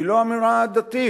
היא לא אמירה דתית,